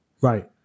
Right